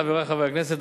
חברי חברי הכנסת,